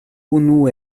unu